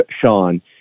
Sean